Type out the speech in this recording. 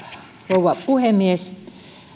rouva puhemies